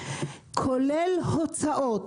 כולל הוצאות.